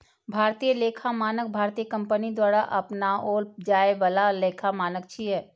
भारतीय लेखा मानक भारतीय कंपनी द्वारा अपनाओल जाए बला लेखा मानक छियै